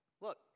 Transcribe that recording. look